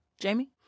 Jamie